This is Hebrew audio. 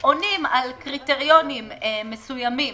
עונים על קריטריונים מסוימים